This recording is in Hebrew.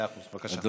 בבקשה.